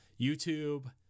YouTube